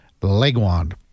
Legwand